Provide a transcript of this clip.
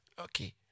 okay